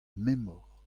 memor